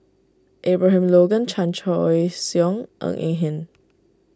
Abraham Logan Chan Choy Siong Ng Eng Hen